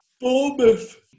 Bournemouth